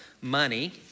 money